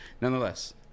Nonetheless